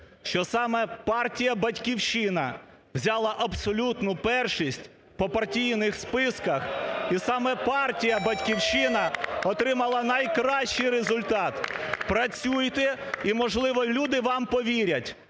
що саме партія "Батьківщина" взяла абсолютну першість по партійних списках і саме партія "Батьківщина" отримала найкращий результат. Працюйте і можливо люди вам повірять,